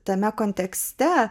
tame kontekste